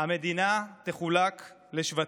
המדינה תחולק לשבטים.